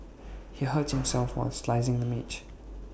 he hurt himself while slicing the mech